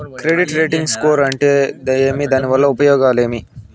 Credit rating score అంటే ఏమి దాని వల్ల ఉపయోగం ఏమి?